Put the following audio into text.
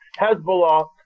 Hezbollah